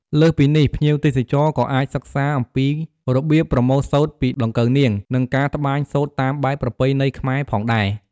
លើសពីនេះ ភ្ញៀវទេសចរក៏អាចសិក្សាអំពីរបៀបប្រមូលសូត្រពីដង្កូវនាង និងការត្បាញសូត្រតាមបែបប្រពៃណីខ្មែរផងដែរ។